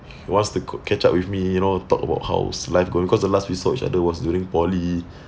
wants to c~ catch up with me you know talk about how's life going because the last we saw each other was during poly